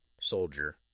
soldier